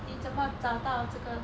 你怎么找到这个